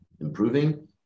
improving